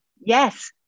Yes